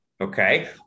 Okay